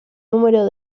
número